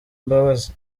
mbabazi